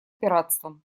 пиратством